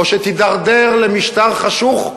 או שתידרדר למשטר חשוך,